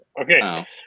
Okay